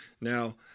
Now